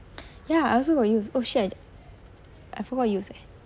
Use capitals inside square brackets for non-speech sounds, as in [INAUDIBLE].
[BREATH] ya I also got use oh shit I I forgot to use eh